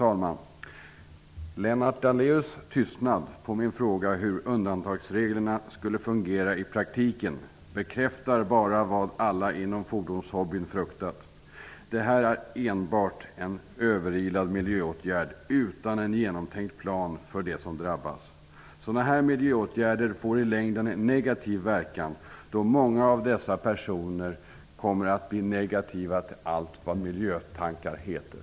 Fru talman! Lennart Daléus tystnad som svar på min fråga hur undantagsreglerna skulle fungera i praktiken bekräftar bara vad alla inom fordonshobbyn fruktat: Det här är enbart en överilad miljöåtgärd, utan en genomtänkt plan för dem som drabbas. Sådana miljöåtgärder får i längden negativ verkan, då många av dessa personer kommer att bli negativa till allt vad miljötankar heter.